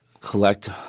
collect